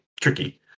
tricky